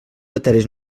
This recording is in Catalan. matèries